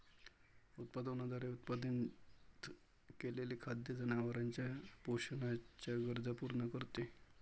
उत्पादनाद्वारे उत्पादित केलेले खाद्य जनावरांच्या पोषणाच्या गरजा पूर्ण करते